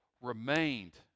remained